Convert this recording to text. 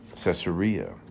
Caesarea